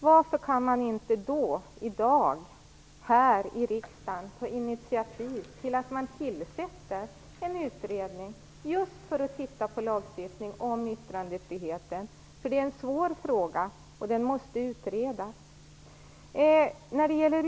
Varför kan man inte i dag här i riksdagen ta initiativ till att en utredning tillsätts just för att titta på lagstiftningen när det gäller yttrandefriheten? Det är en svår fråga som måste utredas.